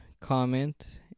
comment